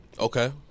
Okay